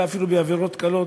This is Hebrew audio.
אלא אפילו בעבירות קלות.